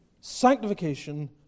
sanctification